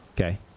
Okay